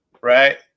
Right